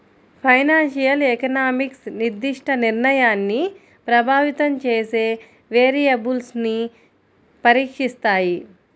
financial economics నిర్దిష్ట నిర్ణయాన్ని ప్రభావితం చేసే వేరియబుల్స్ను పరీక్షిస్తాయి